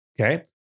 Okay